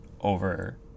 over